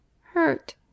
Hurt